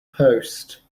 post